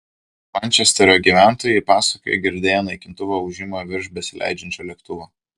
mančesterio gyventojai pasakoja girdėję naikintuvo ūžimą virš besileidžiančio lėktuvo